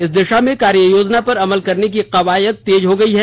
इस दिशा में कार्य योजना पर अमल करने की कवायद तेज हो गयी है